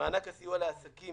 מענק לסיוע לעסקים